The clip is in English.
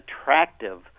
attractive